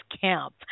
camp